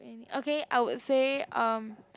okay I would say um